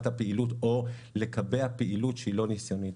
הפעילות או לקבע פעילות שהיא לא ניסיונית.